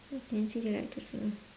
oh can see you like to sing